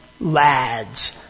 lads